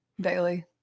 Daily